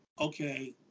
Okay